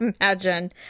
imagine